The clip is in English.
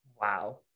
Wow